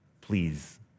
please